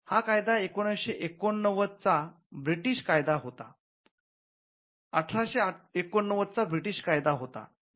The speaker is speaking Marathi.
हा कायदा १८८९ चा ब्रिटिश कायदा होता